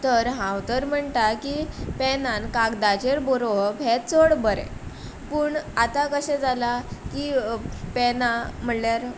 तर हांव तर म्हणटा की पेनान कागदाचेर बरोवप हें चड बरें पूण आतां कशें जालां की पेनां म्हणल्यार